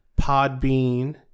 Podbean